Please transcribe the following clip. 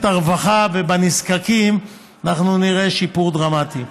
הרווחה ובנזקקים אנחנו נראה שיפור דרמטי.